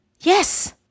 Yes